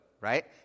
right